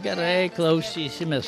gerai klausysimės